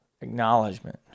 acknowledgement